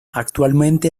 actualmente